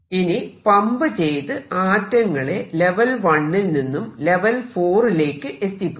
ഇനി പമ്പ് ചെയ്ത് ആറ്റങ്ങളെ ലെവൽ 1 ൽ നിന്നും ലെവൽ 4 ലേക്ക് എത്തിക്കുക